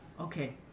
Okay